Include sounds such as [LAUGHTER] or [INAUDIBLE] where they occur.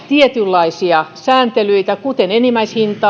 [UNINTELLIGIBLE] tietynlaisia sääntelyitä kuten enimmäishinnan [UNINTELLIGIBLE]